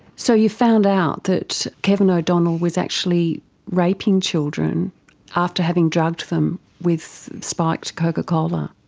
so you found out that kevin o'donnell was actually raping children after having drugged them with spiked coca cola?